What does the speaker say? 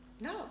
No